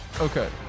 Okay